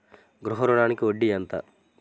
గృహ ఋణంకి వడ్డీ ఎంత?